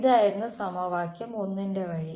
ഇതായിരുന്നു സമവാക്യം 1 ന്റെ വഴി